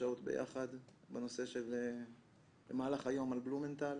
שעות ביחד בנושא של במהלך היום על בלומנטל.